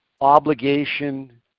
obligation